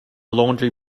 laundry